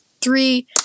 three